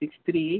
six three eight